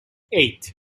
eight